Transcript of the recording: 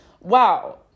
wow